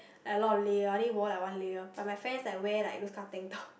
a lot of layer I only wore like one layer but my friends wear like those kind of tank top